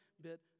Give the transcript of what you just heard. bit